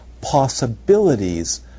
possibilities